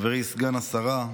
חברי סגן השרה,